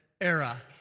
era